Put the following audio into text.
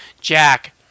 Jack